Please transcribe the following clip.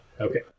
Okay